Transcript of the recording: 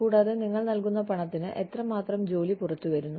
കൂടാതെ നിങ്ങൾ നൽകുന്ന പണത്തിന് എത്രമാത്രം ജോലി പുറത്തുവരുന്നു